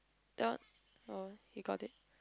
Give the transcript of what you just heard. that one oh he got it